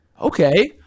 Okay